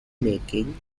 making